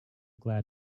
glad